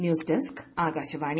news desk Akashvani